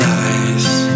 eyes